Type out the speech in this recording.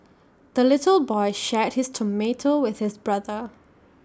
the little boy shared his tomato with his brother